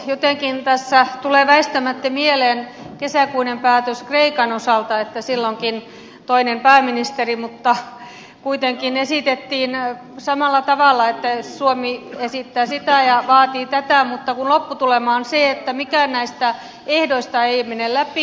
jotenkin tässä tulee väistämättä mieleen kesäkuinen päätös kreikan osalta silloin oli toinen pääministeri mutta kuitenkin esitettiin samalla tavalla että suomi esittää sitä ja vaatii tätä mutta lopputulema on se että mikään näistä ehdoista ei mene läpi